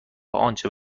آنچه